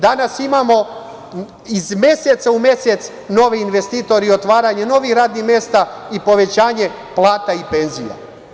Danas imamo iz meseca u mesec nove investitori, otvaranje novih radnih mesta i povećanje plata i penzija.